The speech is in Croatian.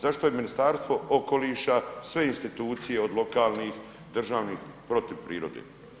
Zašto je Ministarstvo okoliša, sve institucije od lokalnih, državnih, protiv prirode?